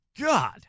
God